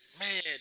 Man